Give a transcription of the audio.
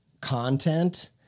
content